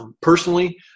Personally